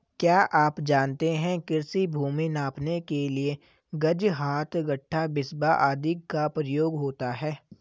क्या आप जानते है कृषि भूमि नापने के लिए गज, हाथ, गट्ठा, बिस्बा आदि का प्रयोग होता है?